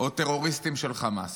טרוריסטים של חמאס.